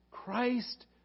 Christ